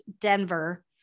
Denver